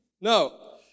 No